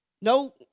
no